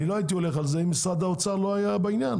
אני לא הייתי הולך על זה אם משרד האוצר לא היה בעניין.